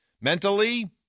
mentally